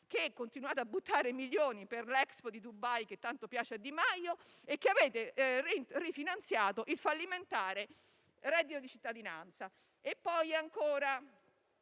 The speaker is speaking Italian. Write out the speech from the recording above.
che continuate a buttare milioni per l'Expo di Dubai, che tanto piace a Di Maio, e che avete rifinanziato il fallimentare reddito di cittadinanza.